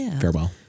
Farewell